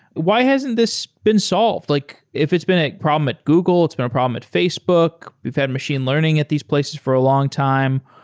why hasn't this been solved? like if it's been a problem at google, it's been a problem at facebook, we've had machine learning at these place for a long time,